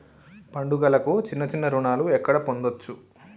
పండుగలకు చిన్న చిన్న రుణాలు ఎక్కడ పొందచ్చు?